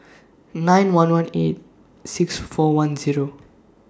nine one one eight six four one Zero